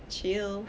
chill